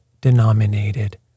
denominated